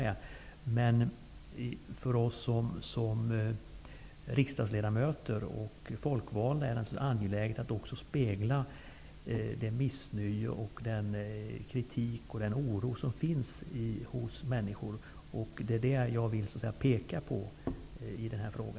För oss som riksdagsledamöter och folkvalda är det angeläget att spegla det missnöje och den kritik och oro som finns hos människor. Det är det jag vill peka på i denna fråga.